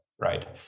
right